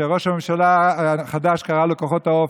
שראש הממשלה החדש קרא להם כוחות האופל,